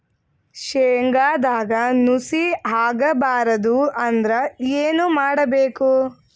ಶೇಂಗದಾಗ ನುಸಿ ಆಗಬಾರದು ಅಂದ್ರ ಏನು ಮಾಡಬೇಕು?